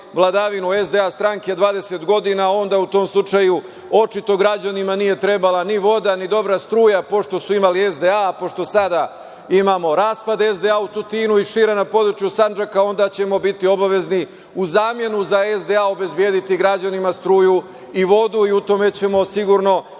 vladavinu SDA stranke 20 godina, onda u tom slučaju očito građanima nije trebala ni voda, ni dobra struja, pošto su imali SDA, pošto sada imamo raspad SDA u Tutinu i šire, na području Sandžaka, onda ćemo biti obavezni, u zamenu za SDA, obezbediti građanima struju i vodu i u tome ćemo sigurno